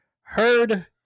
heard